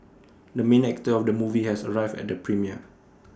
the main actor of the movie has arrived at the premiere